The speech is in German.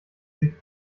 sie